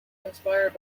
inspired